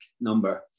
number